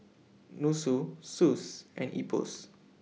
Nussu Suss and Ipos